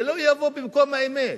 זה לא יבוא במקום האמת,